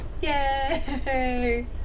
Yay